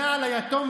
הזאת,